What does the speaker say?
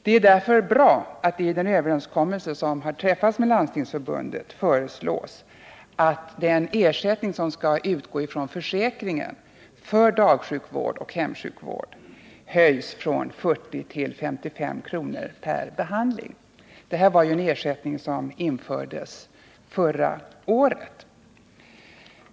Det är därför bra att det i den överenskommelse som har träffats med Landstingsförbundet föreslås att den ersättning som skall utgå från försäkringen för dagsjukvård och hemsjukvård höjs från 40 till 55 kr. per behandling. Denna ersättning infördes förra året.